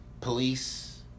Police